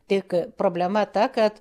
tik problema ta kad